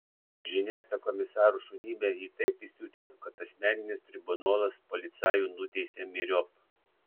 žinia apie komisaro šunybę jį taip įsiutino kad asmeninis tribunolas policajų nuteisė myriop